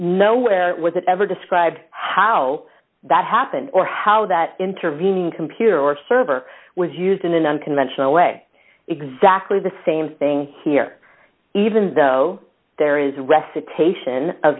no where was it ever described how that happened or how that intervening computer or server was used in an unconventional way exactly the same thing here even though there is